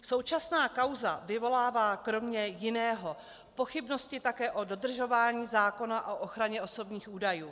Současná kauza vyvolává kromě jiného pochybnosti také o dodržování zákona o ochraně osobních údajů.